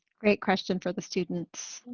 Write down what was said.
great question for the students.